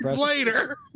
later